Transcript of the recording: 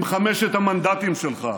עם חמשת המנדטים שלך.